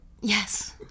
Yes